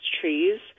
trees